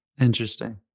interesting